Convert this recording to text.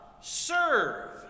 serve